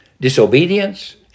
disobedience